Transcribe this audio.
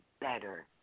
better